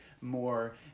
more